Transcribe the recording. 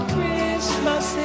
Christmas